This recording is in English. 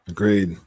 Agreed